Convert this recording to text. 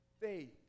Faith